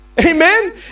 amen